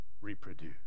reproduce